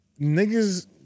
niggas